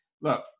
look